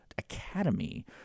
academy